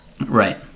Right